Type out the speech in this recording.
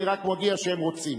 אני רק מודיע שהם רוצים.